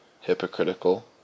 hypocritical